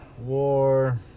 war